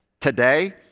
today